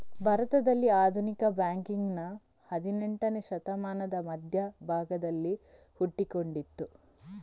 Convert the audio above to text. ಭಾರತದಲ್ಲಿ ಆಧುನಿಕ ಬ್ಯಾಂಕಿಂಗಿನ ಹದಿನೇಂಟನೇ ಶತಮಾನದ ಮಧ್ಯ ಭಾಗದಲ್ಲಿ ಹುಟ್ಟಿಕೊಂಡಿತು